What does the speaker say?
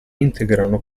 integrano